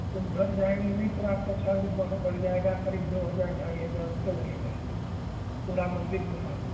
तो हम घर जाएँगे नहीं पर आपका चार्ज थोड़ा बढ़ जाएगा क़रीब दो हजार ढाई हज़ार रुपये लगेगा पूरा मंदिर घूमाना